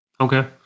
okay